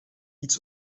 iets